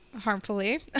harmfully